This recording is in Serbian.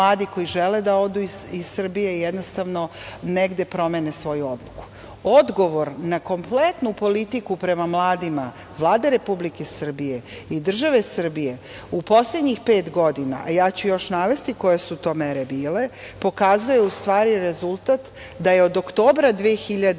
koji žele da odu iz Srbije jednostavno negde promene svoju odluku. Odgovor na kompletnu politiku prema mladima Vlade Republike Srbije i države Srbije u poslednjih pet godina, a ja ću još navesti koje su to mere bile pokazuje u stvari rezultat da je od oktobra 2020.